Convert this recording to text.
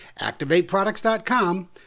ActivateProducts.com